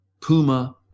Puma